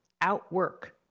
outwork